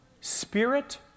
Spirit